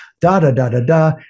da-da-da-da-da